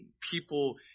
people